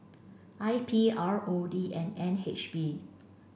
I P R O D and N H B